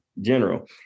general